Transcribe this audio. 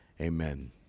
Amen